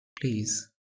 please